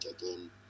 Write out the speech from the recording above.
again